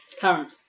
current